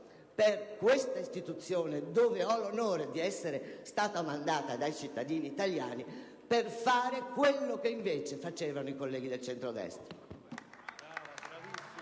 per questa istituzione, dove ho l'onore di essere stata mandata dai cittadini italiani, per fare quello che invece facevano i colleghi del centrodestra.